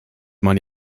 man